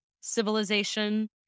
civilization